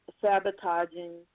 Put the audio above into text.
sabotaging